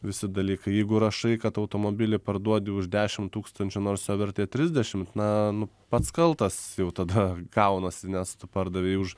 visi dalykai jeigu rašai kad automobilį parduodi už dešim tūkstančių nors jo vertė trisdešim na pats kaltas jau tada gaunasi nes tu pardavei už